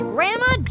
Grandma